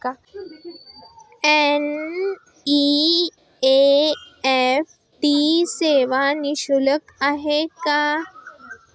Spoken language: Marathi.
एन.इ.एफ.टी सेवा निःशुल्क आहे का?